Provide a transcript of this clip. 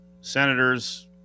Senators